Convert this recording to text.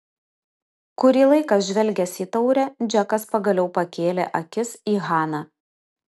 kurį laiką žvelgęs į taurę džekas pagaliau pakėlė akis į haną